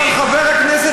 אבל חבר הכנסת